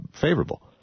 favorable